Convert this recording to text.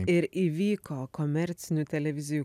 ir įvyko komercinių televizijų